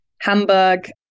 Hamburg